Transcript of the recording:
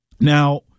Now